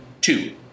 Two